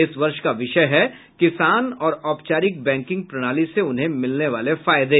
इस वर्ष का विषय है किसान और औपचारिक बैकिंग प्रणाली से उन्हें मिलने वाले फायदे